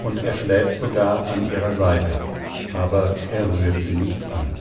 und er schläft sogar an ihrer seite aber er rührt sie nicht an